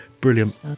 brilliant